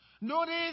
Notice